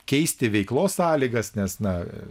keisti veiklos sąlygas nes na